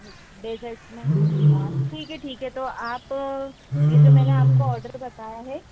dessert में ठीक है ठीक है तो आप यह जो मैंने आपको ऑर्डर बताया है